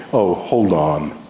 oh, hold on,